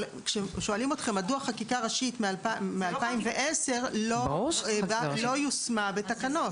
אבל שואלים אתכם מדוע חקיקה ראשית מ-2010 לא יושמה בתקנות.